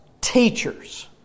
teachers